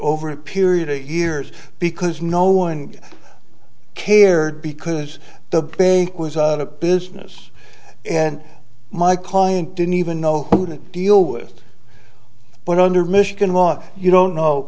over a period of a years because no one cared because the bank was out of business and my client didn't even know who to deal with but under michigan law you don't know